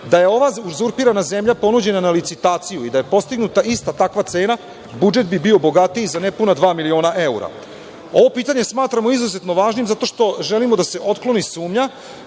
Da je ova uzurpirana zemlja ponuđena na licitaciju i da je postignuta ista takva cena, budžet bi bio bogatiji za nepuna dva miliona evra. Ovo pitanje smatramo izrazito važnim zato što želimo da se otkloni sumnja